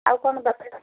ଆଉ କ'ଣ ଦରକାର